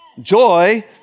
joy